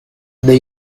the